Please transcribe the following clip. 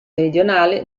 meridionale